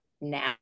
now